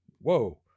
Whoa